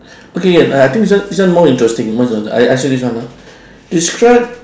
okay I think this one this one more interesting more interesting I ask you this one ah describe